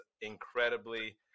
incredibly